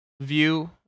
view